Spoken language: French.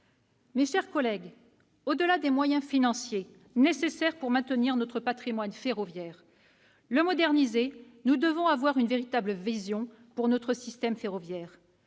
Mes chers collègues, au-delà des moyens financiers nécessaires pour maintenir notre patrimoine ferroviaire et le moderniser, nous devons avoir une véritable vision pour notre système ferroviaire.